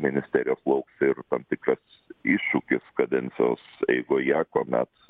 ministerijos lauks ir tam tikras iššūkis kadencijos eigoje kuomet